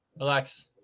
Relax